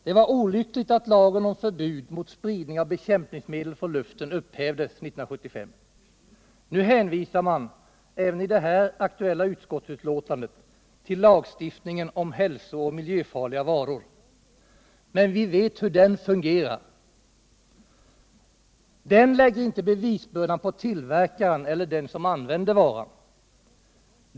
Det var olyckligt att lagen om förbud mot spridning av bekämpningsmedel från luften upphävdes 1975. Nu hänvisar man, även i det här aktuella utskottsutlåtandet, till lagstiftningen om hälsooch miljöfarliga varor. Men vi vet hur den fungerar: den lägger inte bevisbördan på tillverkaren eller den som använder varan.